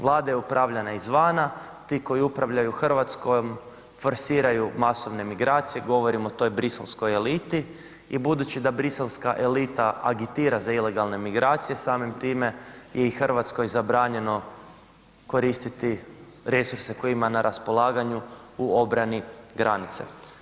Vlada je upravlja na izvana, ti koji upravljaju Hrvatskom forsiraju masovne migracije, govorimo o toj briselskoj eliti i budući da briselska elita agitira za ilegalne migracije, samim tim i Hrvatskoj je zabranjeno koristiti resurse koje ima na raspolaganju u obrani granice.